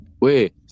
Wait